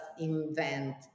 invent